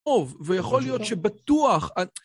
טוב, ויכול להיות שבטוח...